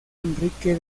enrique